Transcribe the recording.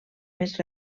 més